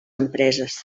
empreses